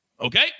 Okay